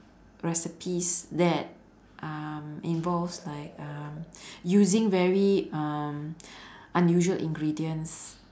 recipes that um involves like um using very um unusual ingredients